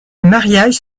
mariage